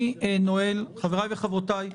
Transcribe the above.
חבריי וחברותיי,